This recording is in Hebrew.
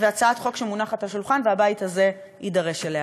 והצעת חוק מונחת על השולחן והבית הזה יידרש לה.